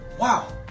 wow